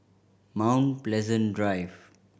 Mount Pleasant Drive